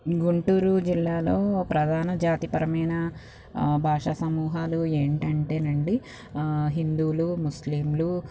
గుంటూరు జిల్లాలో ప్రధాన జాతిపరమైన భాషా సమూహాలు ఏంటంటే అండి హిందువులు ముస్లింలు